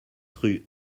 rue